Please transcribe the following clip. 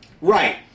Right